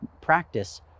Practice